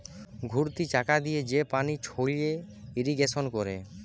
ঘুরতি চাকা দিয়ে যে পানি ছড়িয়ে ইরিগেশন করে